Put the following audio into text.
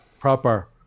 Proper